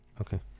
Okay